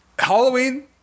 Halloween